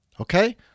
Okay